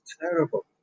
terrible